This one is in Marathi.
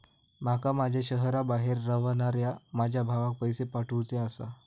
माका माझ्या शहराबाहेर रव्हनाऱ्या माझ्या भावाक पैसे पाठवुचे आसा